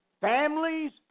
families